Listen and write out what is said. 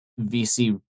VC